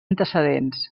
antecedents